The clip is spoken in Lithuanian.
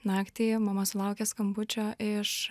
naktį mama sulaukė skambučio iš